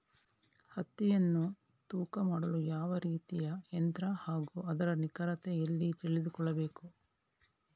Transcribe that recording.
ಹತ್ತಿಯನ್ನು ತೂಕ ಮಾಡಲು ಯಾವ ರೀತಿಯ ಯಂತ್ರ ಹಾಗೂ ಅದರ ನಿಖರತೆ ಎಲ್ಲಿ ತಿಳಿದುಕೊಳ್ಳಬೇಕು?